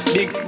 Big